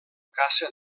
caça